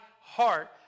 heart